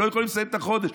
הם לא יכולים לסיים את החודש.